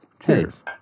Cheers